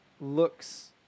looks